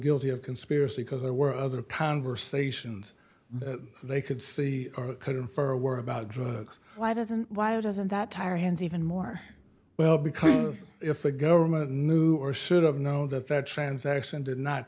guilty of conspiracy because there were other conversations that they could see or could infer a word about drugs why doesn't while doesn't that tire hands even more well because if the government knew or should have know that that transaction did not